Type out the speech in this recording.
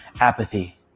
apathy